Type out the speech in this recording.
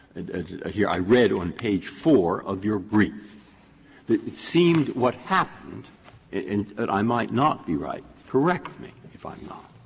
ah here i read on page four of your brief that it seemed what happened and i might not be right, correct me if i'm not.